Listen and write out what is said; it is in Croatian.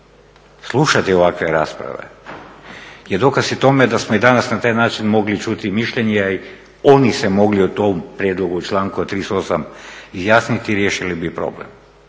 slušati ovakve rasprave je dokaz i tome da smo i danas na taj način mogli čuti mišljenje i oni se mogli o tom prijedlogu i članku 38.izjasniti i riješili bi problem.